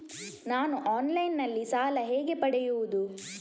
ನಾನು ಆನ್ಲೈನ್ನಲ್ಲಿ ಸಾಲ ಹೇಗೆ ಪಡೆಯುವುದು?